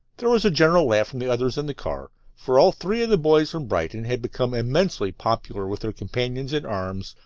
there was a general laugh from the others in the car, for all three of the boys from brighton had become immensely popular with their companions in arms,